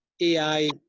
AI